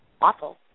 awful